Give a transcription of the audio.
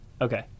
Okay